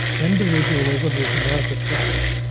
individualism is meritocratic.